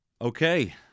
Okay